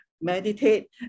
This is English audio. meditate